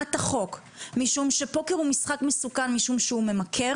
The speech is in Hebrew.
להצעת החוק משום שפוקר הוא משחק מסוכן משום שהוא ממכר